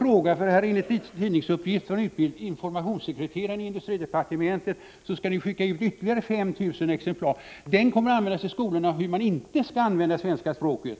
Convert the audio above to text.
Enligt tidningsuppgifter har informationssekreteraren i industridepartementet förklarat att ytterligare 5 000 exemplar av skriften om kärnkraftens avveckling skall skickas ut. Denna skrift kommer i skolorna att betraktas som ett exempel på hur man inte skall använda svenska språket.